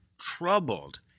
troubled